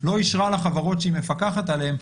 לא אישרה לחברות שהיא מפקחת עליהן,